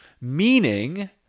Meaning